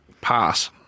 Pass